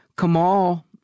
Kamal